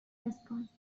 response